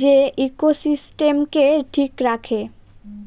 যে ইকোসিস্টেমকে ঠিক রাখে